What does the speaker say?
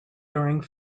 during